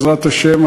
בעזרת השם,